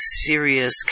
serious